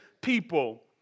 people